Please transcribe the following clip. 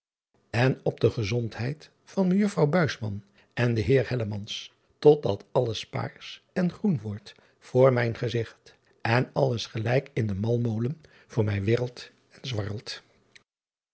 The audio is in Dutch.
en op de gezondheid van ejuffrouw en den eer tot dat alles paars en groen wordt voor mijn ge driaan oosjes zn et leven van illegonda uisman zigt en alles gelijk in den malmolen voor mij zwirlt en